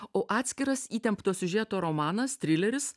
o atskiras įtempto siužeto romanas trileris